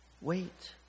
wait